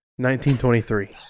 1923